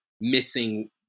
missing